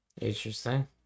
Interesting